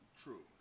True